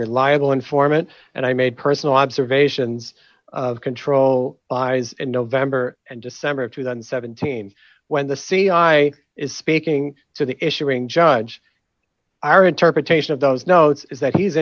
reliable informant and i made personal observations of control lies in november and december of two thousand and seventeen when the c i is speaking to the issuing judge our interpretation of those notes is that he's